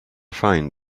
find